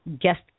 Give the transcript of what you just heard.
guest